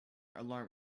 alarm